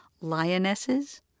lionesses